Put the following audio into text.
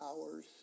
hours